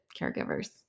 caregivers